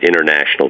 international